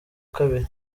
kabiri